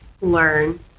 learn